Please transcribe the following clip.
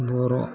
बर'